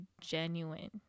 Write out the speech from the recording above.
genuine